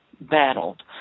battled